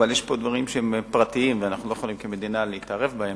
אבל יש פה דברים שהם פרטיים ואנחנו לא יכולים כמדינה להתערב בהם.